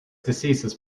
diseases